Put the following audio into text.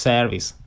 Service